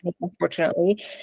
unfortunately